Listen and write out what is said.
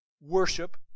Worship